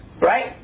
Right